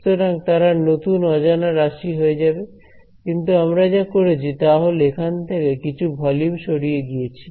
সুতরাং তারা নতুন অজানা রাশি হয়ে যাবে কিন্তু আমরা যা করেছি তা হল এখান থেকে কিছু ভলিউম সরিয়ে দিয়েছি